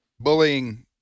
bullying